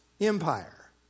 empire